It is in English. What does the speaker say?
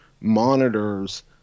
monitors